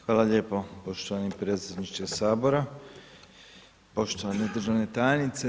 Hvala lijepo poštovani predsjedniče Sabora, poštovana državna tajnice.